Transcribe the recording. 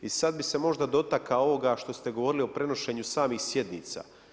I sad bi se možda dotakao ovoga što ste govorili o prenošenju samih sjednica.